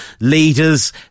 leaders